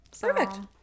perfect